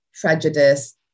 prejudice